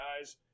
guys